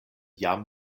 jam